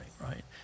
Right